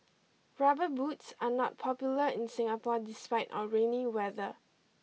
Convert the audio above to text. rubber boots are not popular in Singapore despite our rainy weather